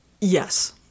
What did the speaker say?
Yes